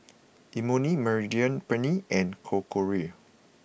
Imoni Mediterranean Penne and Korokke